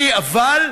זה חוקי, אבל,